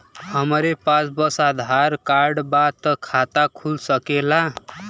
हमरे पास बस आधार कार्ड बा त खाता खुल सकेला?